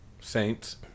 Saints